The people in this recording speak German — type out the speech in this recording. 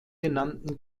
genannten